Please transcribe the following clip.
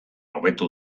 hobetu